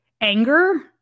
anger